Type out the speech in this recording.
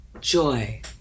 joy